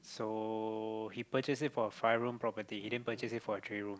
so he purchased it for a five room property he didn't purchase it for a three room